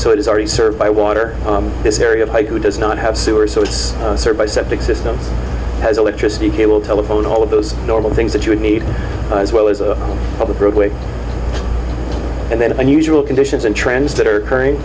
so it is already served by water this area who does not have sewer so it's served by septic systems has electricity cable telephone all of those normal things that you would need well as a public roadway and then unusual conditions and trends that are occurring